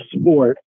sport